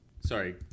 Sorry